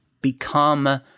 become